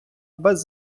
без